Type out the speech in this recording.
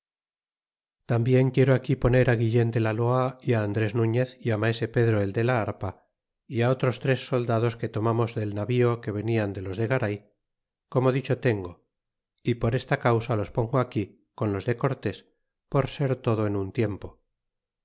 tambien quiero aquí poner guillen de la loa é andres nuñez é maese pedro el de la harpa otros tres soldados que tomamos del navío que venían de los de garay como dicho tengo e por esta causa los pongo aquí con los de cortés por ser todo en un tiempo